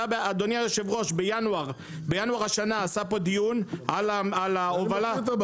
אדוני היושב-ראש בינואר השנה עשה פה דיון על ההובלה,